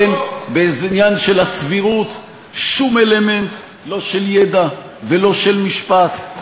בעניין של הסבירות אין שום אלמנט לא של ידע ולא של משפט,